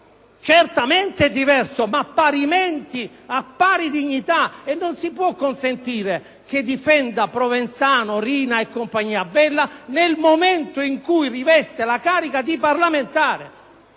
Certamente è diverso, ma nondimeno ha pari dignità, e non si può consentire che difenda Provenzano, Riina e compagnia bella nel momento in cui si riveste la carica di parlamentare